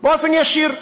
באופן ישיר,